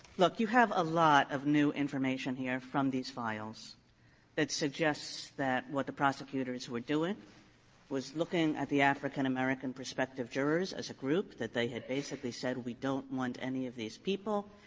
look. you have of new information here from these files that suggests that what the prosecutors were doing was looking at the african-american prospective jurors as a group, that they had basically said, we don't want any of these people.